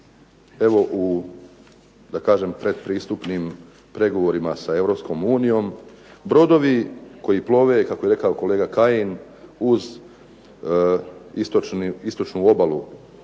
evo u, da kažem, pretpristupnim pregovorima sa Europskom unijom. Brodovi koji plove, kako je rekao kolega Kajin, uz istočnu obalu